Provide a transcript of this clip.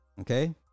Okay